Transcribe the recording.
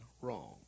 wrong